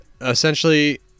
essentially